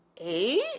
eight